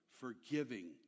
forgiving